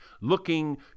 looking